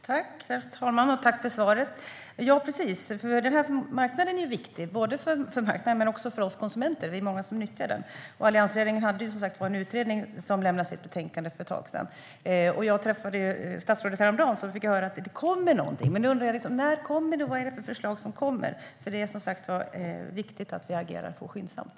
Herr talman! Jag tackar för svaret. Telekommarknaden är viktig både för marknaden och för oss konsumenter, och vi är många som nyttjar den. Alliansregeringen tillsatte som sagt en utredning som lämnade sitt betänkande för ett tag sedan. Jag träffade ju statsrådet häromdagen och fick då höra att det kommer någonting. Nu undrar jag när och vad det är för förslag som kommer, för det är som sagt viktigt att vi agerar skyndsamt.